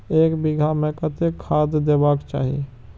एक बिघा में कतेक खाघ देबाक चाही?